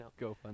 GoFundMe